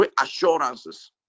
reassurances